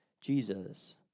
Jesus